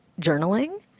journaling